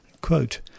Quote